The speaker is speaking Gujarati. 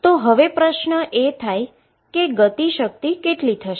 તો હવે પ્રશ્ન એ થાય કે કાઈનેટીક એનર્જી કેટલી થશે